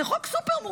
זה חוק סופר-מורכב,